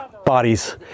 Bodies